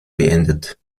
beendet